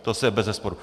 To je bezesporu.